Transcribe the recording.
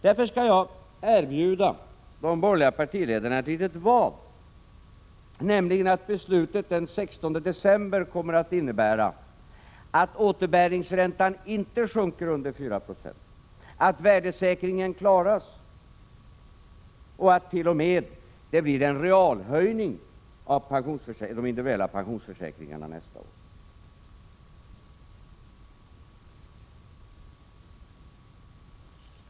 Därför skall jag erbjuda de borgerliga partiledarna ett litet vad, nämligen att beslutet den 16 december kommer att visa att återbäringsräntan inte sjunker under 4 96, att värdesäkringen klaras och att det t.o.m. blir en realhöjning av de individuella pensionsförsäkringarna nästa år.